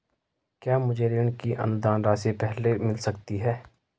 क्या मुझे ऋण की अनुदान राशि पहले मिल सकती है?